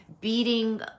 beating